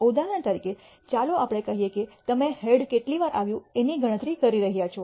ઉદાહરણ તરીકે ચાલો આપણે કહીએ કે તમે હેડ કેટલી વાર આવ્યું એની ગણતરી કરી રહ્યા છો